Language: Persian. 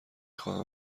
خواهم